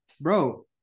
Bro